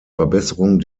verbesserung